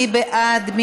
מי בעד?